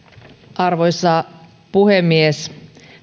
arvoisa puhemies